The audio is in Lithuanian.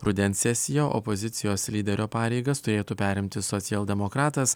rudens sesiją opozicijos lyderio pareigas turėtų perimti socialdemokratas